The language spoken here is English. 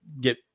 get